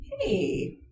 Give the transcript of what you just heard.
hey